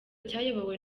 cyayobowe